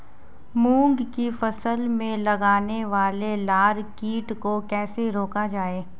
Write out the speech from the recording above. मूंग की फसल में लगने वाले लार कीट को कैसे रोका जाए?